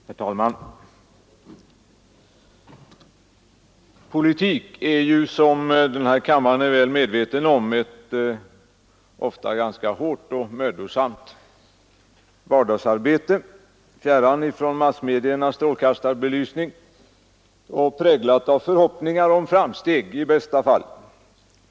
Herr talman! Politik är — som denna kammare är väl medveten om — ett ofta hårt och mödosamt vardagsarbete, fjärran från massmedias strålkastarbelysning, präglat av förhoppningar om framsteg i bästa fall.